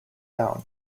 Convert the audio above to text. down